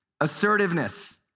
Assertiveness